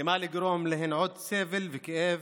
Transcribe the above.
לגרום להן עוד סבל וכאב?